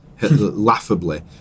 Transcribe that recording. laughably